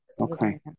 okay